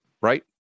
right